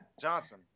Johnson